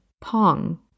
Pong